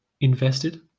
invested